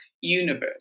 universe